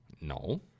no